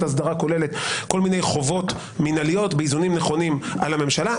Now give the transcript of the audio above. הסדרה כוללת כל מיני חובות מינהליות באיזונים נכונים על הממשלה,